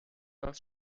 das